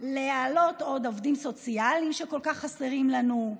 להוסיף עוד עובדים סוציאליים שכל כך חסרים לנו,